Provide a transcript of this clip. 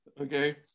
okay